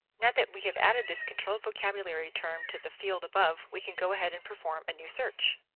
now that we have added this controlled vocabulary term to the field above, we can go ahead and perform a new search.